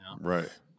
right